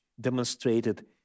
demonstrated